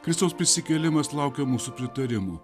kristaus prisikėlimas laukia mūsų pritarimų